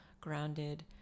grounded